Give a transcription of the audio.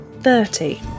thirty